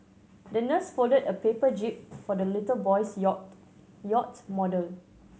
the nurse folded a paper jib for the little boy's yacht yacht model